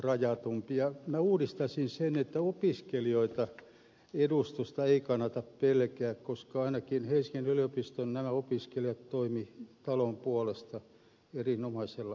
minä uudistaisin sen että opiskelijoiden edustusta ei kannata pelätä koska ainakin helsingin yliopiston opiskelijat toimivat talon puolesta erinomaisella tavalla